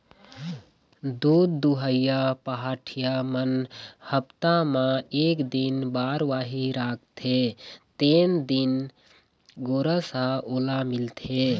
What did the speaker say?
दूद दुहइया पहाटिया मन हप्ता म एक दिन बरवाही राखते तेने दिन के गोरस ह ओला मिलथे